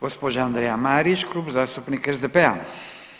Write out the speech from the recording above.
Gospođa Andreja Marić Klub zastupnika SDP-a.